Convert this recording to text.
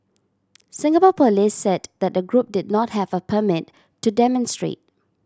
Singapore police said that the group did not have a permit to demonstrate